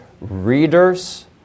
readers